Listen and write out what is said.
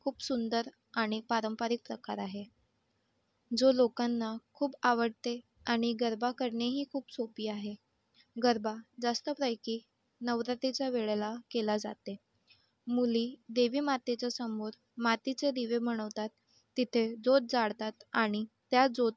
खूप सुंदर आणि पारंपरिक प्रकार आहे जो लोकांना खूप आवडते आणि गरबा करणे ही खूप सोपी आहे गरबा जास्तपैकी नवरात्रीच्या वेळेला केला जाते मुली देवीमातेच्या समोर मातीचे दिवे बनवतात तिथे ज्योत जाळतात आणि त्या ज्योत